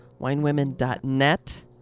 winewomen.net